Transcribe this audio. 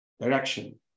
direction